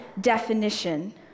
definition